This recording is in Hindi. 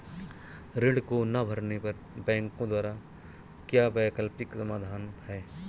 ऋण को ना भरने पर बैंकों द्वारा क्या वैकल्पिक समाधान हैं?